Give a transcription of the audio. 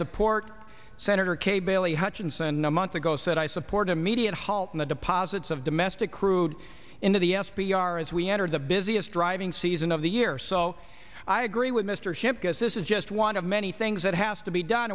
support senator kay bailey hutchinson a month ago said i support immediate halt in the deposits of domestic crude into the s p r as we enter the busiest driving season of the year so i agree with mr ship because this is just one of many things that has to be done